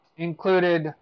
included